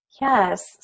Yes